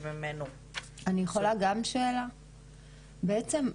בעצם,